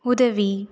உதவி